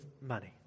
money